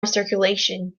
circulation